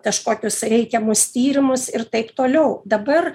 kažkokius reikiamus tyrimus ir taip toliau dabar